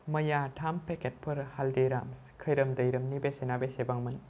मैया थाम पेकेटफोर हालदिराम्स खैरोम दैरोमनि बेसेना बेसेबांमोन